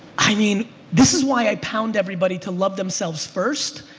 i mean this is why i pound everybody to love themselves first.